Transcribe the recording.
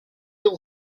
all